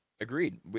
agreed